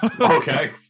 Okay